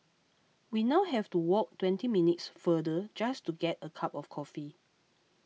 we now have to walk twenty minutes farther just to get a cup of coffee